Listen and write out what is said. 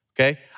Okay